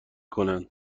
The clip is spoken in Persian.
کنند